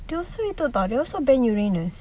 they also itu [tau] they also ban uranus